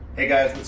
hey guys, what's